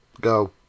go